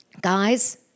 Guys